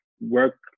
work